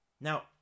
Now